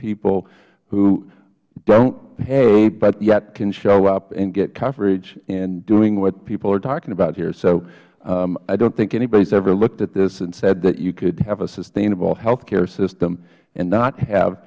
people who don't pay but yet can show up and get coverage and doing what people are talking about here so i don't think anybody has ever looked at this and said that you could have a sustainable health care system and not have